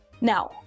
Now